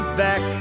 back